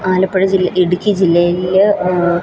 ആലപ്പുഴ ജില്ല ഇടുക്കി ജില്ലയിൽ